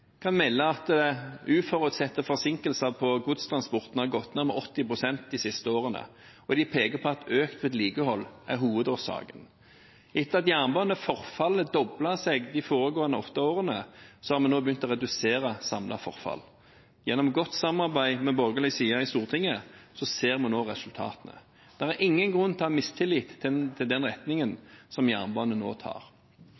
kan melde at uforutsette forsinkelser på godstransporten har gått ned med 80 pst. de siste årene, og de peker på at økt vedlikehold er hovedårsaken. Etter at jernbaneforfallet doblet seg de foregående åtte årene, har samlet forfall nå begynt å bli redusert. Gjennom godt samarbeid med borgerlig side i Stortinget ser vi nå resultatet. Det er ingen grunn til å ha mistillit til den